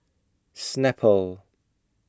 Snapple